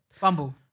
Bumble